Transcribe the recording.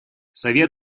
совет